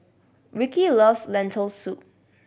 Rickey loves Lentil Soup